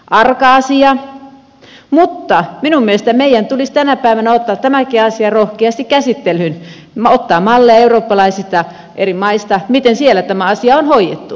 arka asia mutta minun mielestäni meidän tulisi tänä päivänä ottaa tämäkin asia rohkeasti käsittelyyn ottaa mallia eri eurooppalaisista maista miten siellä tämä asia on hoidettu